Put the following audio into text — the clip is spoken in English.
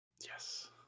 Yes